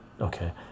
okay